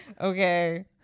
Okay